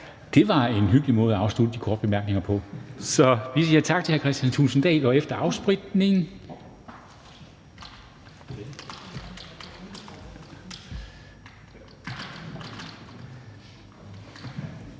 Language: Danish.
Det var en hyggelig måde at afslutte de korte bemærkninger på. Vi siger tak til hr. Kristian Thulesen Dahl, og efter afspritning